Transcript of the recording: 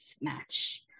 match